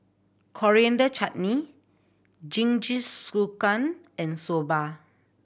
Coriander Chutney Jingisukan and Soba